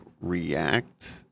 react